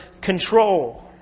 control